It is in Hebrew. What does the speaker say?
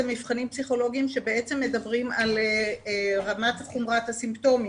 זה מבחנים פסיכולוגיים שבעצם מדברים על רמת חומרת הסימפטומים.